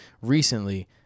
recently